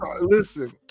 Listen